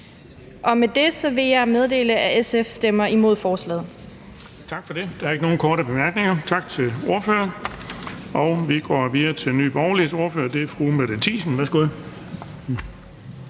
Med det vil jeg meddele, at SF stemmer imod forslaget.